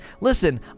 listen